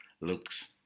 looks